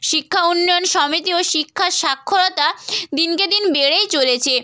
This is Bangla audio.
শিক্ষা উন্নয়ন সমিতি ও শিক্ষা সাক্ষরতা দিনকে দিন বেড়েই চলেছে